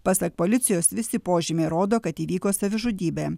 pasak policijos visi požymiai rodo kad įvyko savižudybė